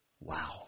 Wow